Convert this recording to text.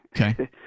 Okay